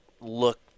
look